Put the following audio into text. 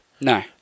No